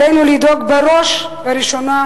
עלינו לדאוג בראש ובראשונה